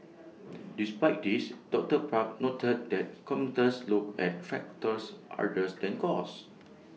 despite this doctor park noted that commuters look at factors others than cost